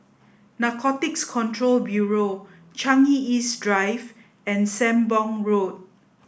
Narcotics Control Bureau Changi East Drive and Sembong Road